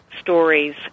stories